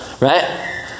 right